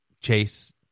Chase